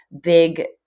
big